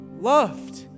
loved